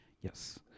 Yes